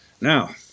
Now